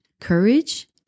courage